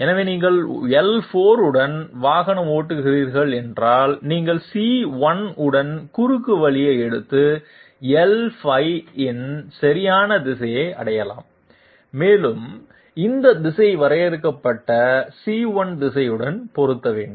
எனவே நீங்கள் l4 உடன் வாகனம் ஓட்டுகிறீர்கள் என்றால் நீங்கள் c1 உடன் குறுக்குவழியை எடுத்து l5 இன் சரியான திசையை அடையலாம் மேலும் இந்த திசை வரையறுக்கப்பட்ட c1 திசையுடன் பொருந்த வேண்டும்